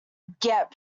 get